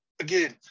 again